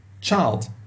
child